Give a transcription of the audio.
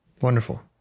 Wonderful